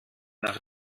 nach